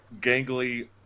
gangly